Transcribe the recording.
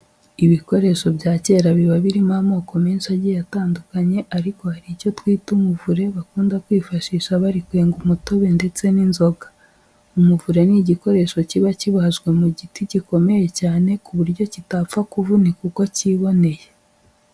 Ibikoresho bya kera biba birimo amoko menshi agiye atandukanye ariko hari icyo twita umuvure bakunda kwifashisha bari kwenga umutobe ndetse n'inzoga. Umuvure ni igikoresho kiba kibajwe mu giti gikomeye cyane ku buryo kitapfa kuvunika uko kiboneye.